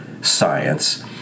science